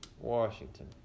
Washington